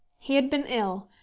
he had been ill,